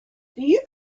you